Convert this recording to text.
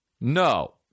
No